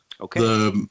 Okay